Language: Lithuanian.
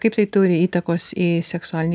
kaip tai turi įtakos į seksualinį